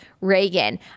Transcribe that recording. reagan